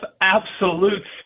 absolute